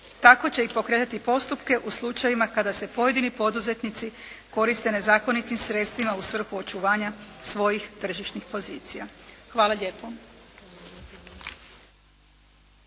tako će i pokrenuti postupke u slučajevima kada se pojedini poduzetnici koriste nezakonitim sredstvima u svrhu očuvanja svojih tržišnih pozicija. Hvala lijepo.